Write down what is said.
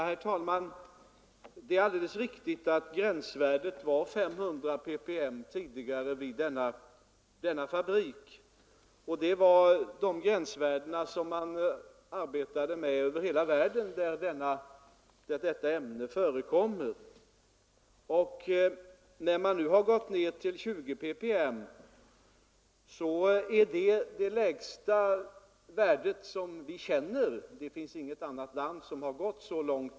Herr talman! Det är alldeles riktigt att gränsvärdet tidigare var 500 ppm vid denna fabrik. Det var det gränsvärde man arbetade med över hela världen för det här ämnet. När vi nu gått ned till 20 ppm är detta det lägsta gränsvärde vi känner. Det finns inget annat land som gått ned så långt.